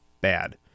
bad